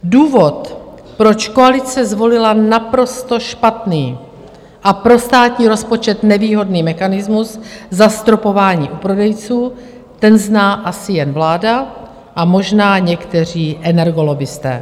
Důvod, proč koalice zvolila naprosto špatný a pro státní rozpočet nevýhodný mechanismus zastropování u prodejců, ten zná asi jen vláda, a možná někteří energolobbisté.